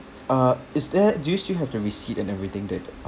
uh is there do you still have the receipt and everything that